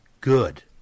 good